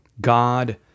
God